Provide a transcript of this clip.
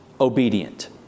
obedient